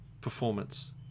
performance